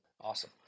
Awesome